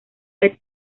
red